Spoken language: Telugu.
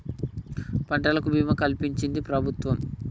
పంటలకు భీమా కలిపించించి ప్రభుత్వం